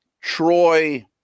Troy